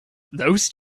those